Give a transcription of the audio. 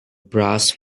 brass